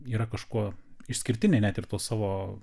yra kažkuo išskirtinė net ir tuo savo